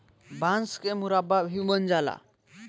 बांस के मुरब्बा भी बन जाला